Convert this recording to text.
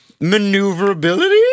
maneuverability